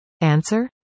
Answer